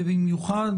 ובמיוחד